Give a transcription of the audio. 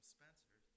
Spencer